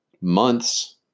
months